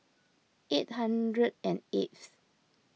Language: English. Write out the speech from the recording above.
eight hundred and eighth